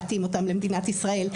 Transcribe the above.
להתאים אותם למדינת ישראל.